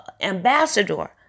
ambassador